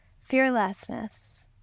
fearlessness